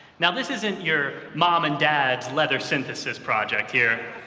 now this isn't your mom and dad's leather-synthesis project here.